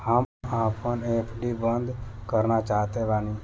हम आपन एफ.डी बंद करना चाहत बानी